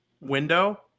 window